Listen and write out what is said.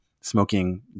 smoking